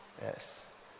Yes